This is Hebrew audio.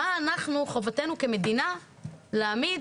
מה אנחנו חובתנו כמדינה להעמיד